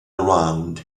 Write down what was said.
around